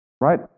right